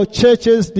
churches